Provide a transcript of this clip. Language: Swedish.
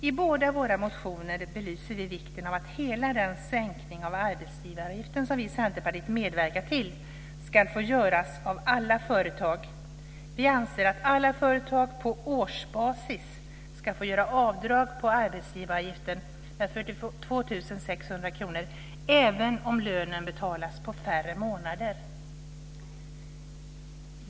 I båda våra motioner belyser vi vikten av att hela den sänkning av arbetsgivaravgiften som vi i Centerpartiet medverkat till ska få göras av alla företag. Vi anser att alla företag på årsbasis ska få göra avdrag på arbetsgivaravgiften med 42 600 kr även om lönen betalas på färre månader.